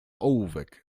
ołówek